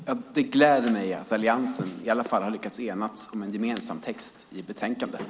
Fru talman! Det gläder mig att Alliansen i alla fall har lyckats enas om en gemensam text i betänkandet.